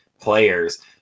players